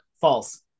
False